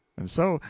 and so,